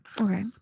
Okay